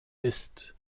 ist